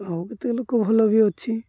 ଆଉ କେତେ ଲୋକ ଭଲ ବି ଅଛି